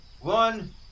one